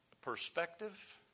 perspective